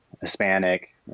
Hispanic